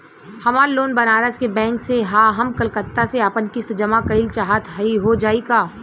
हमार लोन बनारस के बैंक से ह हम कलकत्ता से आपन किस्त जमा कइल चाहत हई हो जाई का?